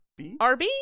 RB